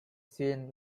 seen